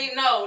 no